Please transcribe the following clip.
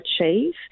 achieve